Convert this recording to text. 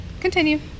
continue